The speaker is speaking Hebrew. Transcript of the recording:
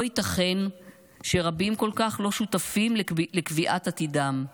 לא ייתכן שרבים כל כך לא שותפים לקביעת עתידם.